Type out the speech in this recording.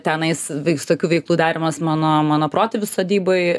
tenais visokių veiklų darymas mano mano protėvių sodyboj